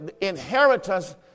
inheritance